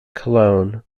cologne